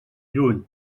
lluny